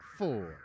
four